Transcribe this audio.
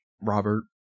Robert